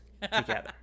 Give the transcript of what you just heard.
together